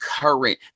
current